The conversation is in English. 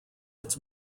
its